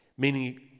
Meaning